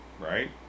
Right